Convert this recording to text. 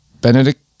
Benedict